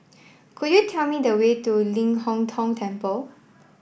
could you tell me the way to Ling Hong Tong Temple